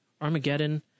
armageddon